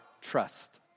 trust